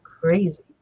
crazy